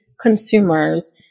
consumers